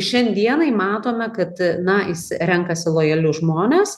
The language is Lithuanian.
šiandienai matome kad na jis renkasi lojalius žmones